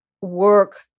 work